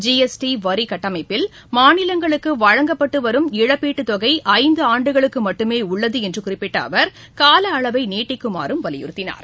GST வரி கட்டமைப்பில் மாநிலங்களுக்கு வழங்கப்பட்டு வரும் இழப்பீட்டுத் தொகை ஐந்தாண்டுகளுக்கு மட்டுமே உள்ளது எஎ்று குறிப்பிட்ட அவர் கால அளவை நீட்டிக்குமாறு வலியுறுத்தினார்